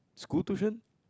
school tuition